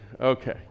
okay